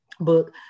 book